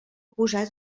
posat